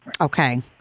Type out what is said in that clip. Okay